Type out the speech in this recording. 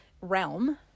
realm